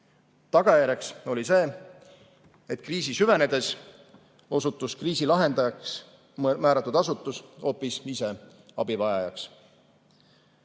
Tagajärjeks oli see, et kriisi süvenedes osutus kriisi lahendajaks määratud asutus hoopis ise abivajajaks. Seevastu